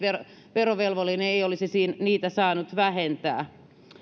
verovelvollinen ei olisi niitä saanut vähentää